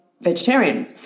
vegetarian